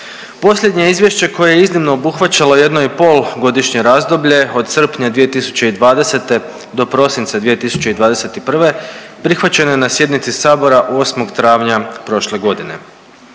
Posljednje izvješće koje je iznimno obuhvaćalo 1,5 godišnje razdoblje od srpnja 2020. do prosinca 2021. prihvaćeno je na sjednici sabora 8. travnja prošle godine.